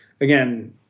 again